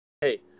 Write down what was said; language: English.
Hey